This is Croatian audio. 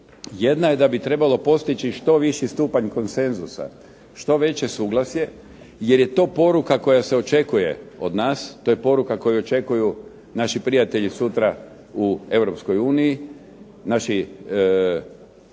Jedna je da bi trebalo postići što viši stupanj konsenzusa, što veće suglasje jer je to poruka koja se očekuje od nas, to je poruka koju očekuju naši prijatelji sutra u Europskoj uniji, naši prijatelji